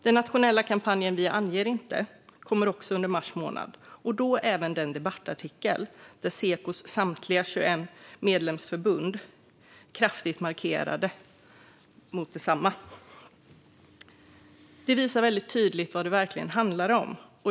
Den nationella kampanjen Vi anger inte kom också i mars och även den debattartikel där Sekos samtliga 21 medlemsförbund kraftigt markerade mot förslaget. Detta visar tydligt vad det handlar om.